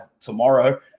tomorrow